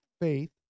faith